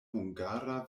hungara